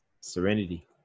serenity